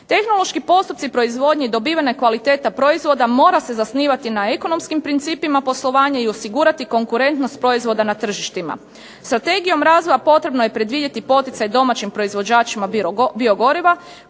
Tehnološki postupci proizvodnje i dobivena kvaliteta proizvoda mora se zasnivati na ekonomskim principima poslovanja i osigurati konkurentnost proizvoda na tržištima. Strategijom razvoja potrebno je predvidjeti poticaj domaćim proizvođačima biogoriva